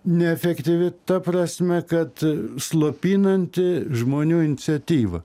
neefektyvi ta prasme kad slopinanti žmonių iniciatyvą